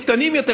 קטנים יותר,